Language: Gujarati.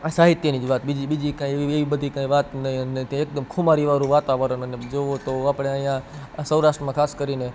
આ સાહિત્યની જ વાત બીજી કંઈ એવી એવી બધી કંઈ વાત નહીં અને તે એકદમ ખુમારીવાળું વાતાવરણ જુઓ તો આપણે અહીંયા સૌરાષ્ટ્રમાં ખાસ કરીને